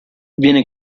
viene